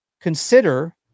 consider